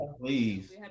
Please